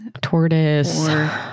tortoise